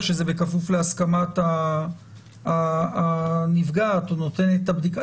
של זה בכפוף להסכמת הנפגעת או נותנת הבדיקה.